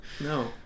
No